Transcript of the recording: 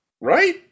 Right